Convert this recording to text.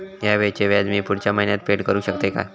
हया वेळीचे व्याज मी पुढच्या महिन्यात फेड करू शकतय काय?